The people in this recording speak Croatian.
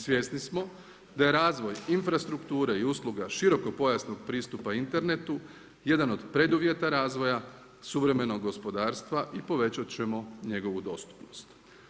Svjesni smo, da j razvoj infrastrukture i usluga široko pojasnog pristupa internetu jedan od preduvjeta razvoja suvremenog gospodarstva i povećati ćemo njegovu dostupnost.